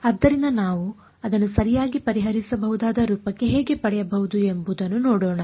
ಆದ್ದರಿಂದ ನಾವು ಅದನ್ನು ಸರಿಯಾಗಿ ಪರಿಹರಿಸಬಹುದಾದ ರೂಪಕ್ಕೆ ಹೇಗೆ ಪಡೆಯಬಹುದು ಎಂಬುದನ್ನು ನೋಡೋಣ